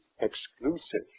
exclusive